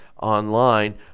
online